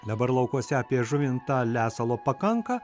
dabar laukuose apie žuvintą lesalo pakanka